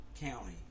county